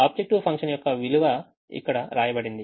objective function యొక్క విలువ ఇక్కడ వ్రాయబడింది